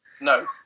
No